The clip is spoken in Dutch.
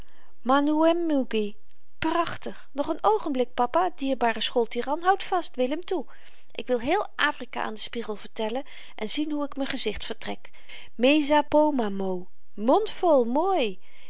prachtig nog n oogenblik papa dierbare schooltiran houd vast willem toe ik wil heel afrika aan den spiegel vertellen en zien hoe ik m'n gezicht vertrek mesopotamië mesopomamo mondvol mooi